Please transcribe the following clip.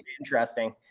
interesting